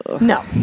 No